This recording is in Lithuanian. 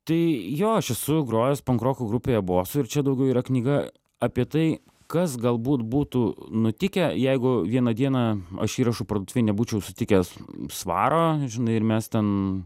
tai jo aš esu grojęs pankroko grupėje bosu ir čia daugiau yra knyga apie tai kas galbūt būtų nutikę jeigu vieną dieną aš įrašų parduotuvėj nebūčiau sutikęs svaro žinai ir mes ten